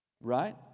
Right